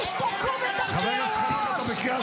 תשתקו ותרכינו ראש.